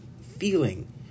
feeling